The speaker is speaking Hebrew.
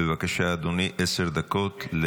בבקשה, אדוני, עשר דקות.